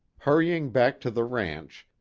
hurrying back to the ranch,